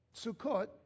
Sukkot